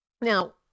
Now